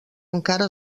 encara